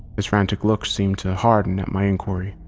his frantic look seemed to harden at my inquiry,